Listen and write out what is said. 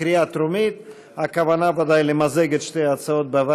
לוועדת הכספים נתקבלה.